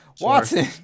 Watson